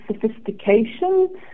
sophistication